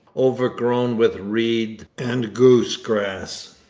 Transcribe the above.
overgrown with reed and goose grass.